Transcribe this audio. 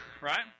right